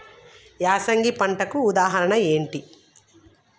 యాసంగి పంటలకు ఉదాహరణ ఏంటి?